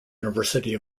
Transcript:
university